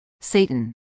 Satan